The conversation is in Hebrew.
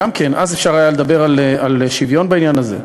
אז אפשר היה לדבר על שוויון בעניין הזה.